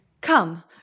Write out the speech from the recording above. Come